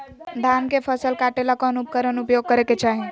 धान के फसल काटे ला कौन उपकरण उपयोग करे के चाही?